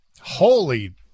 Holy